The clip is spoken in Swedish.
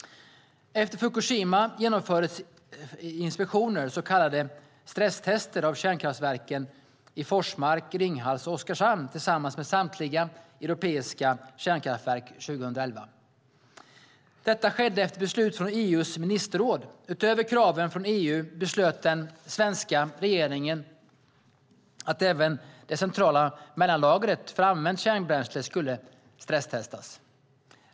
Efter Fukushima genomfördes inspektioner, så kallade stresstester, av kärnkraftverken i Forsmark, Ringhals och Oskarshamn tillsammans med samtliga europeiska kärnkraftverk 2011. Detta skedde efter beslut från EU:s ministerråd. Utöver kraven från EU beslöt den svenska regeringen att även det centrala mellanlagret för använt kärnbränsle skulle stresstestas.